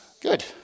Good